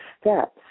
steps